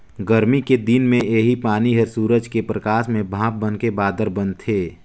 गरमी के दिन मे इहीं पानी हर सूरज के परकास में भाप बनके बादर बनथे